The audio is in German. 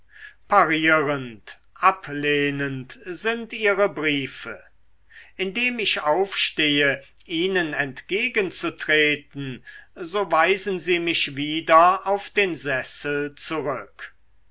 parierend ablehnend sind ihre briefe indem ich aufstehe ihnen entgegenzutreten so weisen sie mich wieder auf den sessel zurück